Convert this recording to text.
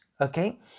okay